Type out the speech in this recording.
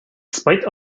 spite